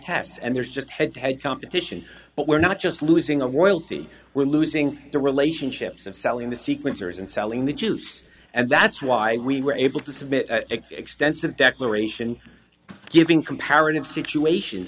pass and there's just head to head competition but we're not just losing a royalty we're losing the relationships of selling the sequencers and selling the juice and that's why we were able to submit an extensive declaration giving comparative situations